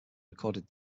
recorded